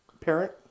parent